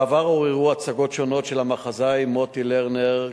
בעבר עוררו הצגות שונות של המחזאי מוטי לרנר,